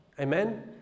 Amen